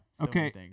Okay